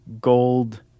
gold